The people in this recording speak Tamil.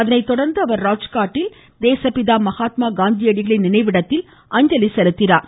அதனை தொடர்ந்து ராஜ்காட்டில் தேசப்பிதா மகாத்மா காந்தி அடிகளின் நினைவிடத்தில் அவர் அஞ்சலி செலுத்தினார்